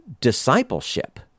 discipleship